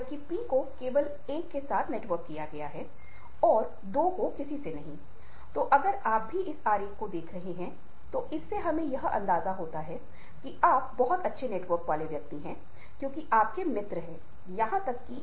अनुभूति सोच निर्णय लेने धारणा जैसी उच्च मानसिक प्रक्रियाओं को संदर्भित करती है ये उच्च मानसिक प्रक्रियाएं हैं